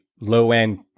low-end